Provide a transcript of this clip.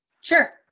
Sure